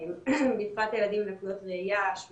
בפרט הילדים עם לקויות ראייה, שמיעה,